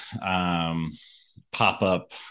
pop-up